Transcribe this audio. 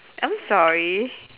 I'm sorry